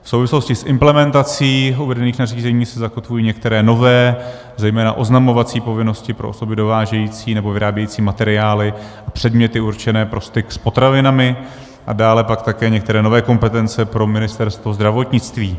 V souvislosti s implementací uvedených nařízení se zakotvují některé nové, zejména oznamovací povinnosti pro osoby dovážející nebo vyrábějící materiály, předměty určené pro styk s potravinami a dále pak také některé nové kompetence pro Ministerstvo zdravotnictví.